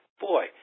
boy